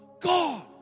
God